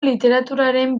literaturaren